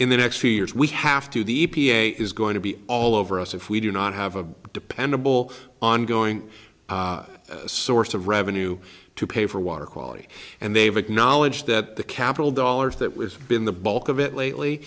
in the next few years we have to the e p a is going to be all over us if we do not have a dependable ongoing source of revenue to pay for water quality and they've acknowledged that the capital dollars that was been the bulk of it lately